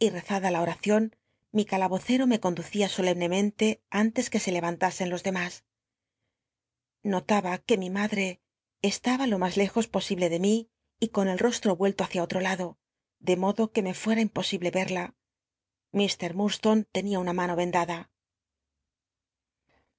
rezada la oracion mi calabocero me cond ucía solemnemente antes que se le anlasen los demás notaba que mi madre estaba lo mas le ios posible de mi y con el rostco vuelto hrcia otro lado de modo que cda ir llnnlstone tenia una y me fuera im osiblc mano vendada